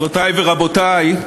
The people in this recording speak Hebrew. גבירותי ורבותי,